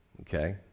okay